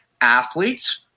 Athletes